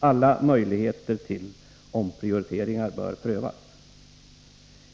Alla möjligheter till omprioriteringar bör prövas.